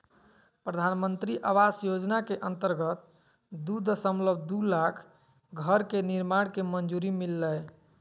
प्रधानमंत्री आवास योजना के अंतर्गत दू दशमलब दू लाख घर के निर्माण के मंजूरी मिललय